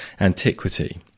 antiquity